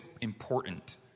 important